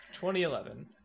2011